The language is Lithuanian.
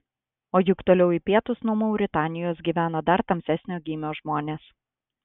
o juk toliau į pietus nuo mauritanijos gyvena dar tamsesnio gymio žmonės